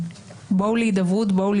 מישהו מדבר שבגלל הרפורמה הוא לא